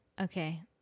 okay